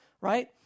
right